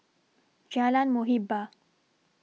Jalan Muhibbah